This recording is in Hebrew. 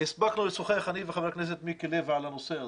שהספקנו לשוחח אני וחבר הכנסת מיקי לוי על הנושא הזה.